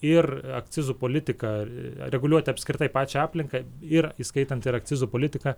ir akcizų politiką reguliuoti apskritai pačią aplinką ir įskaitant ir akcizų politiką